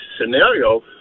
scenario